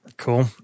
cool